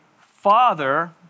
father